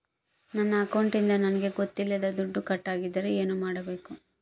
ನನ್ನ ಅಕೌಂಟಿಂದ ನನಗೆ ಗೊತ್ತಿಲ್ಲದೆ ದುಡ್ಡು ಕಟ್ಟಾಗಿದ್ದರೆ ಏನು ಮಾಡಬೇಕು?